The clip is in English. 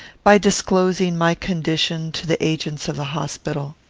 by disclosing my condition to the agents of the hospital.